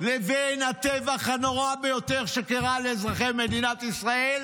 לבין הטבח הנורא ביותר שקרה לאזרחי מדינת ישראל